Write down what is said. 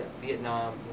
Vietnam